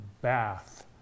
Bath